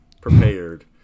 prepared